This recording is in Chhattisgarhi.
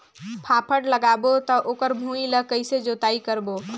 फाफण लगाबो ता ओकर भुईं ला कइसे जोताई करबो?